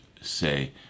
say